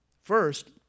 First